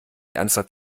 ernsthaft